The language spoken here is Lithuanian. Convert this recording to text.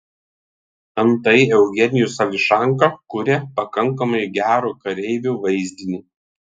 antai eugenijus ališanka kuria pakankamai gero kareivio vaizdinį